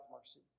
mercy